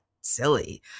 silly